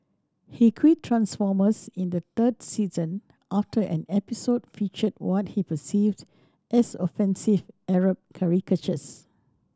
he quit Transformers in the third season after an episode featured what he perceived as offensive Arab caricatures